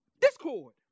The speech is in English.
discord